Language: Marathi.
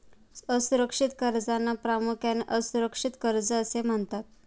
असुरक्षित कर्जांना प्रामुख्याने असुरक्षित कर्जे असे म्हणतात